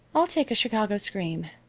i'll take a chicago scream.